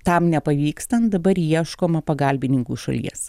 tam nepavykstant dabar ieškoma pagalbininkų iš šalies